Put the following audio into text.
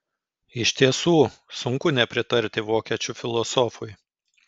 iš tiesų sunku nepritarti vokiečių filosofui